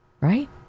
right